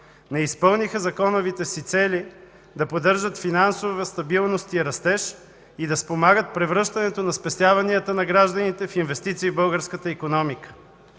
не изпълниха законовите си цели да поддържат финансова стабилност и растеж и да спомагат превръщането на спестяванията на гражданите в инвестиции в българската икономика.